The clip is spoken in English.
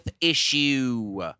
issue